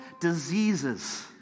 diseases